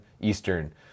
Eastern